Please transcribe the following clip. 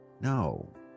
No